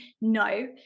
no